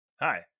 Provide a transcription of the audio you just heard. Hi